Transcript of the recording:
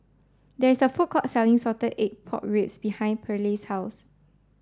there is a food court selling salted egg pork ribs behind Pearley's house